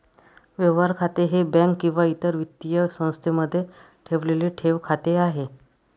व्यवहार खाते हे बँक किंवा इतर वित्तीय संस्थेमध्ये ठेवलेले ठेव खाते आहे